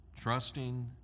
trusting